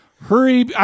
Hurry